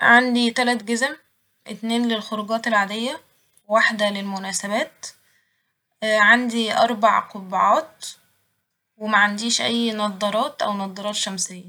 عندي تلت جزم ، اتنين للخروجات العادية وواحدة للمناسبات ، عندي أربع قبعات ومعنديش أي نضارات أو نضارات شمسية